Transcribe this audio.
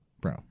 Bro